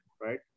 right